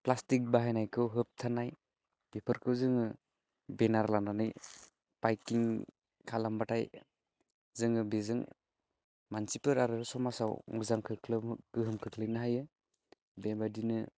plastic बाहायनायखौ होबथानाय बेफोरखौ जोङो बेनार लानानै बाइकिं खालामबाथाय जोङो बेजों मानसिफोर आरो समाजाव मोजां खोख्लोम गोहोम खोख्लैनो हायो बेबायदिनो